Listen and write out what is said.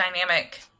dynamic